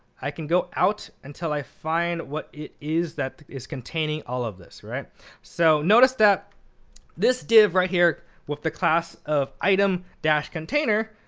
i can go out until i find what it is that is containing all of this. so notice that this div right here with the class of item dash container,